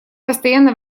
постоянно